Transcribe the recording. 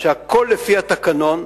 שהכול לפי התקנון,